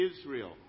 Israel